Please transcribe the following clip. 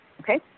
okay